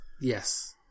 Yes